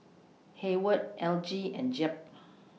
Hayward Elgie and Jep